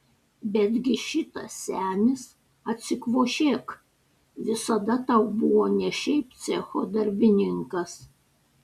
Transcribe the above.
betgi šitas senis atsikvošėk visada tau buvo ne šiaip cecho darbininkas